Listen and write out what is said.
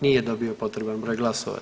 Nije dobio potreban broj glasova.